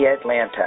Atlanta